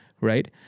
right